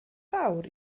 fawr